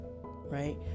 right